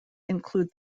include